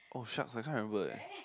oh sucks I can't remember eh